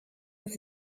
with